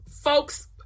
folks